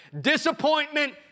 disappointment